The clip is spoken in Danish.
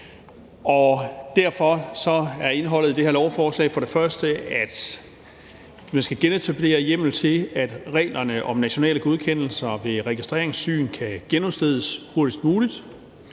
Derfor er indholdet i det her lovforslag for det første, at man skal genetablere hjemmel til, at reglerne om nationale godkendelser ved registreringssyn kan genudstedes hurtigst muligt;